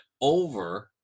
over